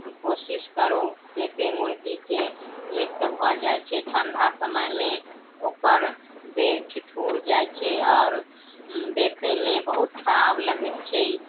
कोशिश करू कते मुर्गीके मृत्य भऽ जाइ छै ठंडा समयमे ओकर देह ठिठूर जाइ छै आओर देखैमे बहुत खराब लगै छै